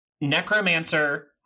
necromancer